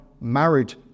married